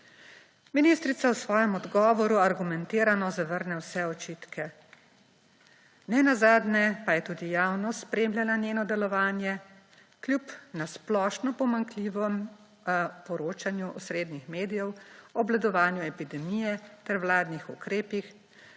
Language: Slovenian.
Ministrica v svojem odgovoru argumentirano zavrne vse očitke. Nenazadnje pa je tudi javnost spremljala njeno delovanje kljub na splošno pomanjkljivem poročanju osrednjih medijev o obvladovanju epidemije ter vladnih ukrepih,